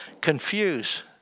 confuse